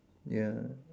ya